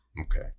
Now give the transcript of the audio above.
okay